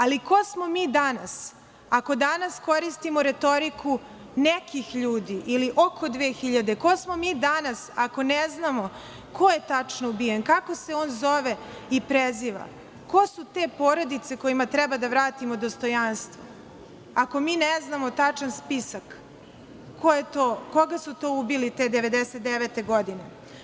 Ali, ko smo mi danas, ako danas koristimo retoriku neki ljudi ili oko 2000, ko smo mi danas ako ne znamo ko je tačno ubijen, kako se on zove i preziva, ko su te porodice kojima treba da vratimo dostojanstvo, ako mi ne znamo tačan spisak koga su to ubili te 1999. godine?